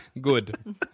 Good